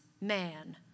man